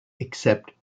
except